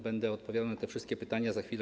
Będę odpowiadał na te wszystkie pytania za chwilę.